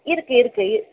இருக்குது இருக்குது இ